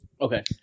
okay